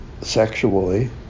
sexually